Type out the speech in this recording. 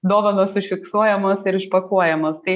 dovanos užfiksuojamos ir išpakuojamos tai